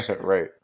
Right